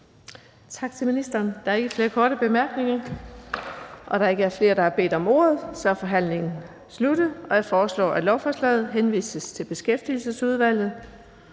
Tak til ministeren. Da der ikke er flere, der har bedt om ordet, er forhandlingen sluttet. Jeg foreslår, at lovforslaget henvises til Beskæftigelsesudvalget.